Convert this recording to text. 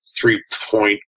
three-point